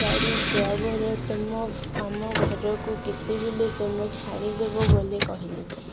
ଗାଡ଼ି ଡ୍ରାଇଭର ତମ ଆମ ଘରକୁ କେତେବେଳେ ତମ ଛାଡ଼ିଦବ ବୋଲି କହିଲି